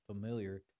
familiar